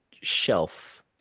shelf